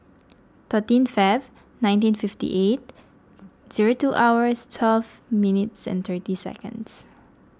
thirteen February nineteen fifty eight zero two hours twelve minutes seconds